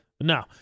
No